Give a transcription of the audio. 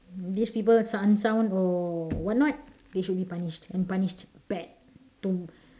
these people unsound or what not they should be punished and punished bad to